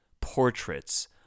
portraits